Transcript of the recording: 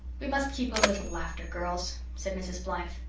we must keep a little laughter, girls, said mrs. blythe.